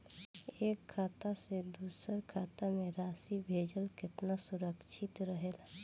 एक खाता से दूसर खाता में राशि भेजल केतना सुरक्षित रहेला?